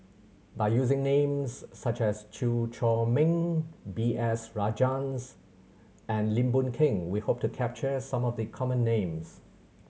by using names such as Chew Chor Meng B S Rajhans and Lim Boon Keng we hope to capture some of the common names